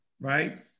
right